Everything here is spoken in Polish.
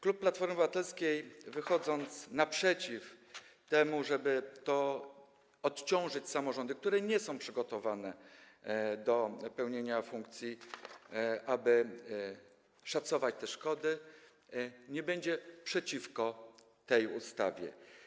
Klub Platformy Obywatelskiej, wychodząc naprzeciw temu, żeby odciążyć samorządy, które nie są przygotowane do takiej funkcji, do szacowania szkód, nie będzie przeciwko tej ustawie.